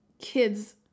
kids